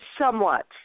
Somewhat